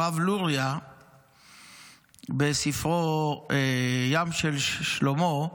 הרב לוריא בספרו "ים של שלמה",